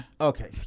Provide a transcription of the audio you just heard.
Okay